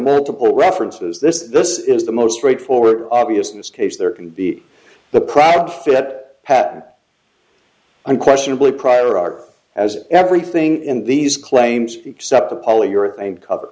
multiple references this is this is the most straightforward obvious in this case there can be the proud that hat unquestionably prior art as everything in these claims except a polyurethane cover